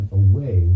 away